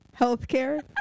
healthcare